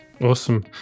Awesome